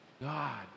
God